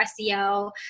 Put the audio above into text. SEO